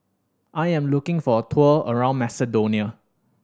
I am looking for a tour around Macedonia